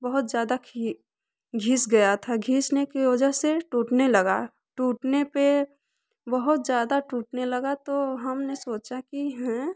बहुत ज़्यादा खी घिस गया था घिसने की वजह से टूटने लगा टूटने पर बहुत ज़्यादा टूटने लगा तो हमने सोचा कि हें